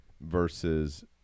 versus